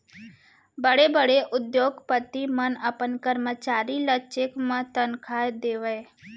बड़े बड़े उद्योगपति मन अपन करमचारी ल चेक म तनखा देवय